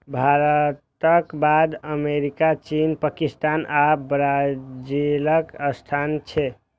भारतक बाद अमेरिका, चीन, पाकिस्तान आ ब्राजीलक स्थान छै